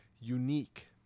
unique